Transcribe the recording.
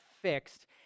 fixed